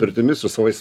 pirtimis su savais